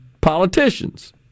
politicians